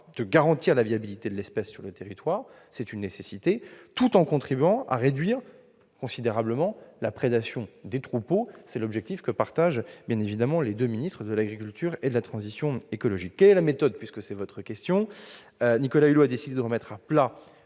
de garantir la viabilité de l'espèce sur le territoire- c'est une nécessité -, tout en contribuant à réduire considérablement la prédation des troupeaux. Cet objectif est bien évidemment partagé par le ministre de l'agriculture et le ministre de la transition écologique. Quelle est la méthode du Gouvernement ? Nicolas Hulot a décidé de remettre à plat